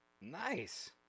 Nice